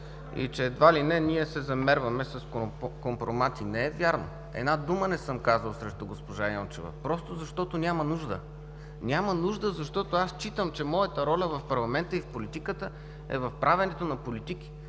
и че едва ли не ние се замерваме с компромати. Не е вярно! Една дума не съм казал срещу госпожа Йончева просто защото няма нужда. Няма нужда, защото аз считам, че моята роля в парламента и в политиката е в правенето на политики.